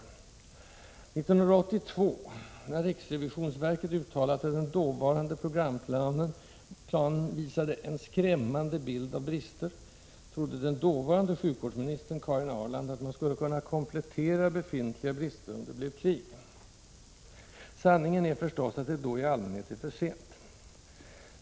1982 — när RRV uttalat att den dåvarande programplanen visade ”en skrämmande bild av brister” — trodde den dåvarande sjukvårdsministern, Karin Ahrland, att man skulle kunna komplettera befintliga brister om det blev krig. Sanningen är förstås att det då i allmänhet är för sent.